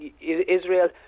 Israel